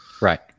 Right